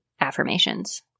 affirmations